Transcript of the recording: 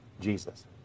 Jesus